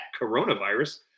coronavirus